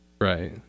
Right